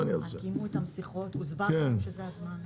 קיימו איתם שיחות, הוסבר להם שזה הזמן.